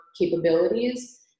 capabilities